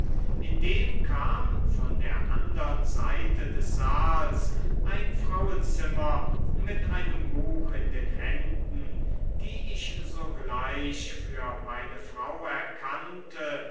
indem kam von der andern seite des saals ein frauenzimmer mit einem buch in den händen die ich sogleich für meine frau erkannte